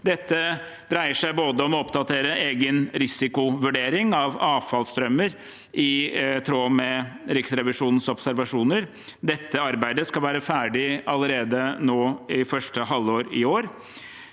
Dette dreier seg om å oppdatere egen risikovurdering av avfallsstrømmer i tråd med Riksrevisjonens observasjoner. Det arbeidet skal være ferdig allerede nå i første halvår i år.